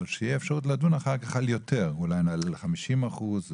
שתהיה אפשרות לדון אחר כך על יותר ואולי נעלה ל-50 אחוזים.